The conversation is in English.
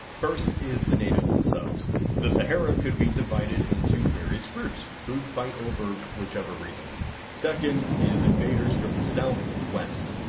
first is the natives themselves the sahara could be divided into various groups who'd fight over whichever reasons second is invaders from the south and west?